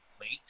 late